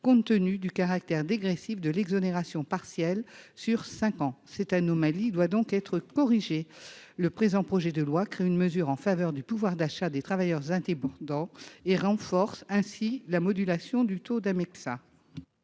compte tenu du caractère dégressif de l'exonération partielle sur cinq ans. Cette anomalie doit être corrigée. Le présent projet de loi crée une mesure en faveur du pouvoir d'achat des travailleurs indépendants et renforce ainsi la modulation du taux d'Amexa.